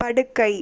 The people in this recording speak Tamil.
படுக்கை